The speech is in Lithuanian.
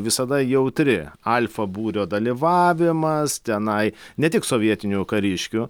visada jautri alfa būrio dalyvavimas tenai ne tik sovietinių kariškių